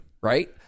right